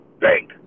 bank